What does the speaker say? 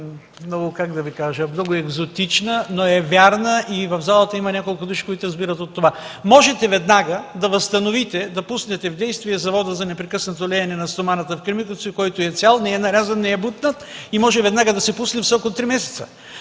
реплики. Тя е много екзотична, но е вярна и в залата има няколко души, които разбират от това. Можете веднага да възстановите и пуснете в действие Завода за непрекъснато леене на стомана в Кремиковци, който е цял, не е нарязан, не е бутнат и може веднага да се пусне в срок от три месеца.